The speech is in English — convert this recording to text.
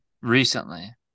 Recently